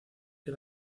que